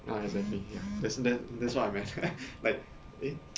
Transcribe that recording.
ah exactly ya that's that that's what I meant like eh